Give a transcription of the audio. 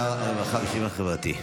שר הרווחה והביטחון החברתי.